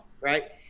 right